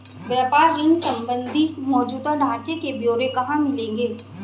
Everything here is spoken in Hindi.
व्यापार ऋण संबंधी मौजूदा ढांचे के ब्यौरे कहाँ मिलेंगे?